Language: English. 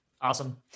Awesome